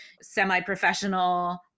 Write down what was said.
semi-professional